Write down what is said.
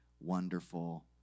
wonderful